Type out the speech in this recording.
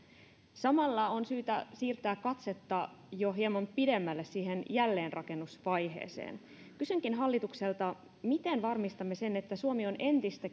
samalla on syytä siirtää katsetta jo hieman pidemmälle siihen jälleenrakennusvaiheeseen kysynkin hallitukselta miten varmistamme sen että suomi on entistä